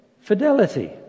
fidelity